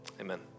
Amen